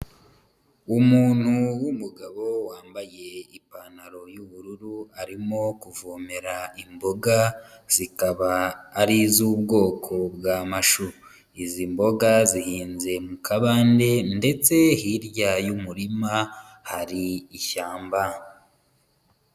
Umuntu wumugabo wambaye ipantaro y'ubururu, arimo kuvomera imboga zikaba ari iz’ubwoko bwa mashu, izi mboga zihinze mu kabande ndetse hirya y'umurima hari ishyamba.